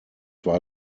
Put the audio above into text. war